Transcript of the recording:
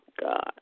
God